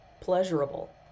pleasurable